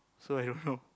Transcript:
so I don't know